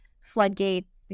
floodgates